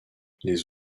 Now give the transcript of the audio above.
les